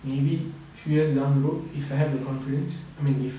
maybe few years down the road if I have the confidence I mean if